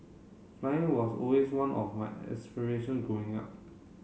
flying was always one of my aspiration growing up